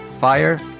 fire